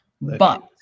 but-